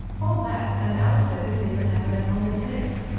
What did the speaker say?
all that and alistair didn't even have an abnormal test.